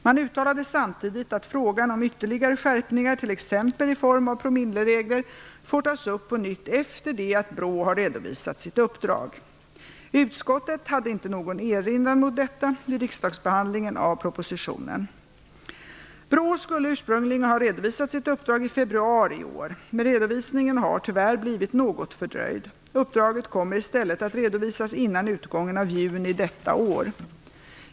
Man uttalade samtidigt att frågan om ytterligare skärpningar - t.ex. i form av promilleregler - får tas upp på nytt efter det att BRÅ har redovisat sitt uppdrag. Utskottet hade inte någon erinran mot detta vid riksdagsbehandlingen av propositionen. BRÅ skulle ursprungligen ha redovisat sitt uppdrag i februari i år, men redovisningen har tyvärr blivit något fördröjd. Uppdraget kommer i stället att redovisas innan utgången av juni detta år.